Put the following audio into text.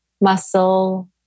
muscle